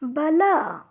ಬಲ